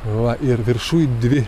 va ir viršuj dvi